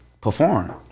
perform